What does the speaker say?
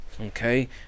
Okay